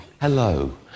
Hello